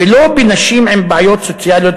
ולא בנשים עם בעיות סוציאליות,